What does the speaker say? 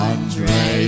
Andre